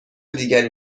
دیگری